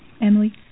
Emily